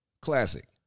classic